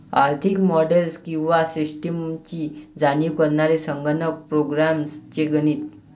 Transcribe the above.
आर्थिक मॉडेल्स किंवा सिस्टम्सची जाणीव करणारे संगणक प्रोग्राम्स चे गणित